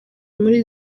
muri